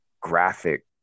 graphic